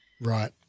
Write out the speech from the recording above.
right